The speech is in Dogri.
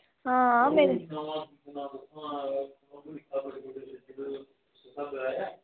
हां मेरे